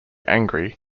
angry